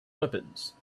weapons